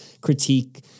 critique